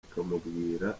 bakamubwira